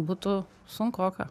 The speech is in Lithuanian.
butų sunkoka